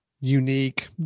unique